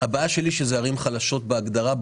שאלה ערים חלשות, בהגדרה.